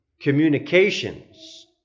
communications